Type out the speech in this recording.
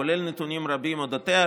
כולל נתונים רבים על אודותיה,